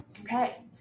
Okay